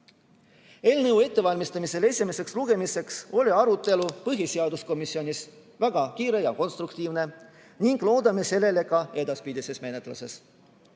Eelnõu ettevalmistamisel esimeseks lugemiseks oli arutelu põhiseaduskomisjonis väga kiire ja konstruktiivne ning loodame sellele ka edaspidises menetluses.